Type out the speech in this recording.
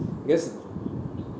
I guess